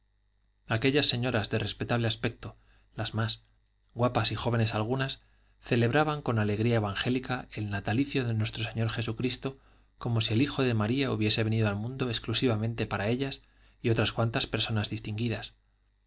aquellas señoras de respetable aspecto las más guapas y jóvenes algunas celebraban con alegría evangélica el natalicio de nuestro señor jesucristo como si el hijo de maría hubiese venido al mundo exclusivamente para ellas y otras cuantas personas distinguidas